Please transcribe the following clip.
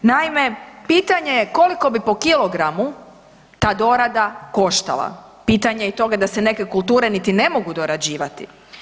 Naime, pitanje je koliko bi po kilogramu ta dorada koštala, pitanje je i toga da se neke kulture niti ne mogu dorađivati.